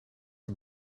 het